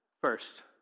First